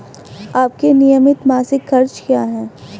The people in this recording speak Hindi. आपके नियमित मासिक खर्च क्या हैं?